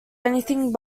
anything